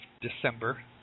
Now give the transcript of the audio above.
December